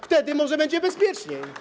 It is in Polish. Wtedy może będzie bezpieczniej.